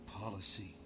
policy